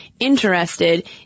interested